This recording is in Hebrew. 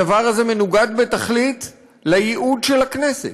הדבר הזה מנוגד בתכלית לייעוד של הכנסת.